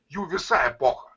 jų visai epocha